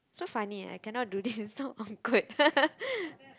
so funny eh I cannot do this so awkward